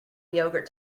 yogurt